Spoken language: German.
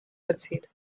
bezieht